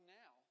now